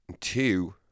Two